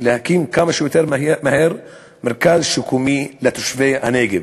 להקים כמה שיותר מהר מרכז שיקומי לתושבי הנגב,